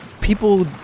People